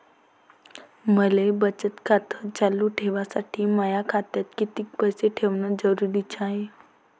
मले बचत खातं चालू ठेवासाठी माया खात्यात कितीक पैसे ठेवण जरुरीच हाय?